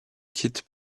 quittent